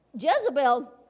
Jezebel